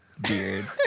beard